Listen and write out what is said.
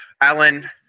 Alan